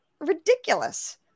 ridiculous